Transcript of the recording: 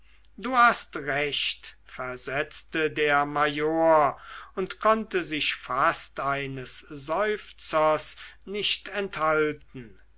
du hast recht versetzte der major und konnte sich fast eines seufzers nicht enthalten